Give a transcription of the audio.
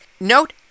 note